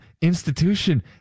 institution